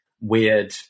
weird